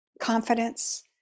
confidence